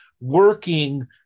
working